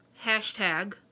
hashtag